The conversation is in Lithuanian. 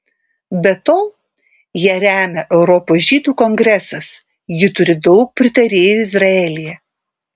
be to ją remia europos žydų kongresas ji turi daug pritarėjų izraelyje